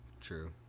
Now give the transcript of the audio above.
True